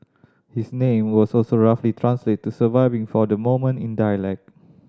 his name also so roughly translate to surviving for the moment in dialect